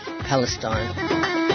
Palestine